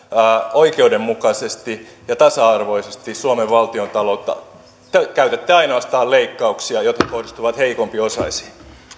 oikeudenmukaisesti ja tasa arvoisesti suomen valtiontaloutta te käytätte ainoastaan leikkauksia jotka kohdistuvat heikompiosaisiin